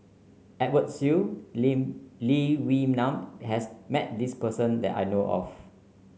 Edwin Siew Lee Wee Nam has met this person that I know of